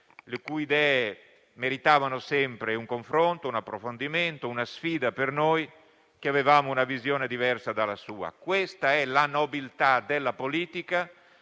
le cui idee meritavano sempre un confronto, un approfondimento e una sfida per noi che avevamo una visione diversa dalla sua. Questa è la nobiltà della politica